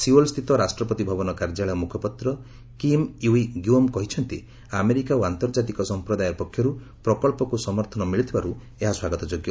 Seoul ସ୍ଥିତ ରାଷ୍ଟ୍ରପତି ଭବନ କାର୍ଯ୍ୟାଳୟ ମୁଖପାତ୍ର କିମ୍ ଇଞ୍ବି ଗ୍ୱିଓମ୍ କହିଛନ୍ତି ଆମେରିକା ଓ ଆନ୍ତର୍ଜାତିକ ସମ୍ପ୍ରଦାୟ ପକ୍ଷରୁ ପ୍ରକଞ୍ଚକୁ ସମର୍ଥନ ମିଳିଥିବାରୁ ଏହା ସ୍ୱାଗତଯୋଗ୍ୟ